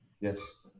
Yes